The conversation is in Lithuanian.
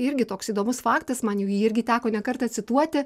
irgi toks įdomus faktas man jau jį irgi teko ne kartą cituoti